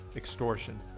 extortion,